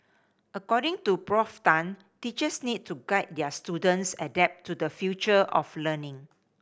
according to Prof Tan teachers need to guide their students adapt to the future of learning